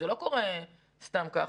זה לא קורה סתם ככה.